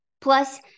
plus